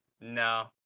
No